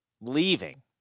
leaving